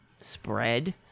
spread